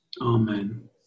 Amen